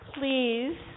please